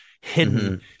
hidden